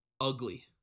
ugly